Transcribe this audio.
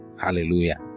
Hallelujah